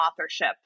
authorship